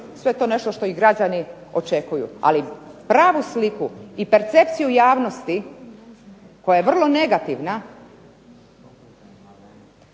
je to nešto što i građani očekuju, ali pravu sliku i percepciju javnosti koja je vrlo negativna